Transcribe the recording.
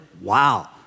wow